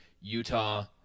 Utah